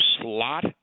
slot